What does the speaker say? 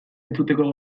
entzuteko